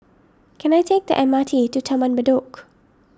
can I take the M R T to Taman Bedok